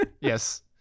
yes